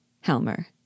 Helmer